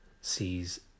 sees